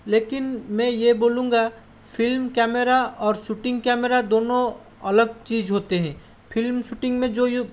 लेकिन मैं ये बोलूँगा फ़िल्म कैमरा और सूटिंग कैमरा दोनों अलग चीज होते हैं फ़िल्म सूटिंग में जो